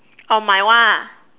oh my one ah